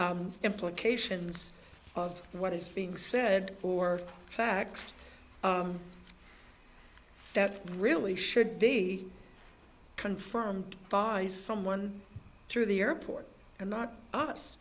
implications of what is being said or facts that really should be confirmed by someone through the airport and not us